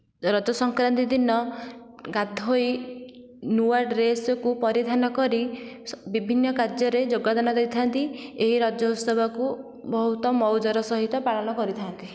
ରଜ ସଂକ୍ରାନ୍ତି ଦିନ ଗାଧୋଇ ନୂଆ ଡ୍ରେସକୁ ପରିଧାନ କରି ବିଭିନ୍ନ କାର୍ଯ୍ୟରେ ଯୋଗଦାନ ଦେଇଥାନ୍ତି ଏହି ରଜ ଉତ୍ସବକୁ ବହୁତ ମଉଜର ସହିତ ପାଳନ କରିଥାନ୍ତି